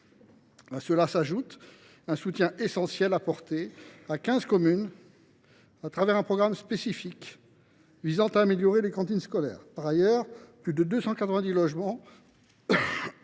À cela s’ajoute le soutien essentiel apporté à quinze communes à travers un programme spécifique visant à améliorer les cantines scolaires. Par ailleurs, plus de 290 logements